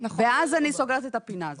אז אני סוגרת את הפינה הזאת.